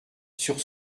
sur